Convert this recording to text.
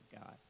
God